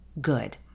Good